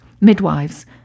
midwives